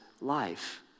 life